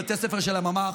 בתי ספר של הממ"ח.